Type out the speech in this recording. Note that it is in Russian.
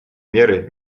меры